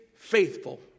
Faithful